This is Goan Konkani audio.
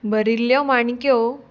भरिल्ल्यो माणिक्यो